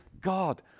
God